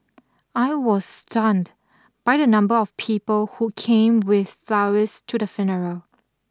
I was stunned by the number of people who came with flowers to the funeral